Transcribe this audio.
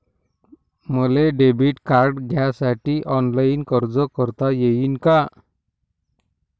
मले debit card घ्यासाठी online अर्ज करता येते का?